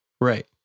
Right